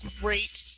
great